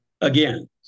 Again